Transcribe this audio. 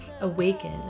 awaken